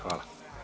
Hvala.